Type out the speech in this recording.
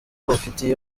ufitiye